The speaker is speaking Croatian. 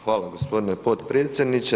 Hvala g. potpredsjedniče.